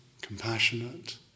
compassionate